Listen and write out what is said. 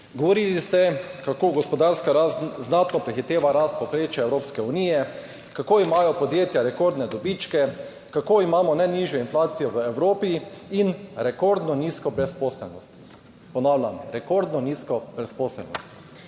Govorili ste, kako gospodarska rast znatno prehiteva rast povprečja Evropske unije, kako imajo podjetja rekordne dobičke, kako imamo najnižjo inflacijo v Evropi in rekordno nizko brezposelnost – ponavljam, rekordno nizko brezposelnost.